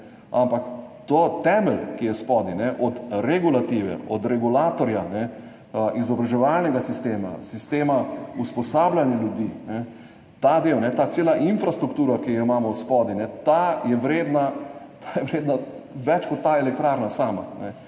ampak temelj, ki je spodaj od regulative, od regulatorja izobraževalnega sistema, sistema usposabljanja ljudi, ta del, ta cela infrastruktura, ki jo imamo spodaj, ta je vredna več kot ta elektrarna sama.